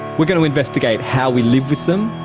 we're going to investigate how we live with them,